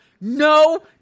no